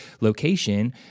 location